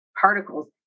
particles